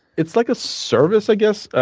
it's like a service, i guess.